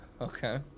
Okay